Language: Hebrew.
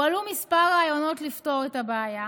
הועלו כמה רעיונות לפתור את הבעיה,